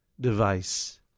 device